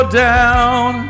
down